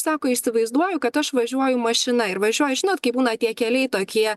sako įsivaizduoju kad aš važiuoju mašina ir važiuoju žinot kai būna tie keliai tokie